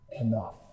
enough